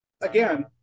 Again